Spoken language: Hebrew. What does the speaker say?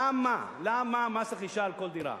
למה, למה מס רכישה על כל דירה?